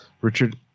Richard